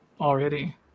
already